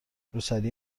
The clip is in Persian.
روسری